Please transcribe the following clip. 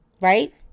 Right